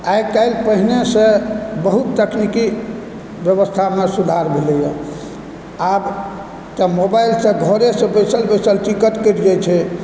आइकाल्हि पहिनेसंँ बहुत तकनीकी व्यवस्थामे सुधार भेलैए आब तऽ मोबाइलसंँ घरेसंँ बैसल बैसल टिकट कटि जाइ छै